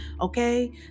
Okay